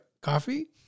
coffee